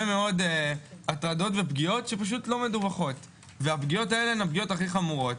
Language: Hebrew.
מאוד הטרדות ופגיעות שלא מדווחות והן הכי חמורות,